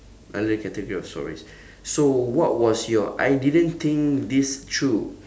under category of stories so what was your I didn't think this through